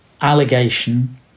allegation